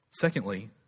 Secondly